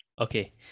okay